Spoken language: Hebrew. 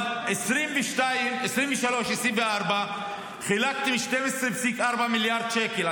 אבל ב-2022, 2023, 2024 חילקתם 12.4 מיליארד שקל.